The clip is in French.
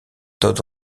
todd